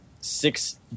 six